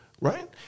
Right